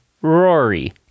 Rory